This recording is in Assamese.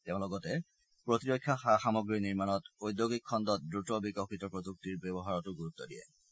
তেওঁ লগতে প্ৰতিৰক্ষা সা সামগ্ৰী নিৰ্মাণত ঔদ্যোগিক খণ্ডত দ্ৰত বিকশিত প্ৰযুক্তিৰ ব্যৱহাৰতো গুৰুত্ব দিয়ে